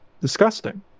disgusting